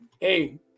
Hey